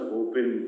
open